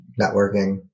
networking